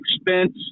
expense